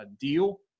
deal